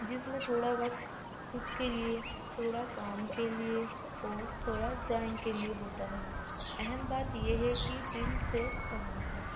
جس میں تھوڑا وقت خود کے لیے تھوڑا کام کے لیے اور تھوڑا ڈرائنگ کے لیے ہوتا ہے اہم بات یہ ہے کہ دل سے کرنا ہے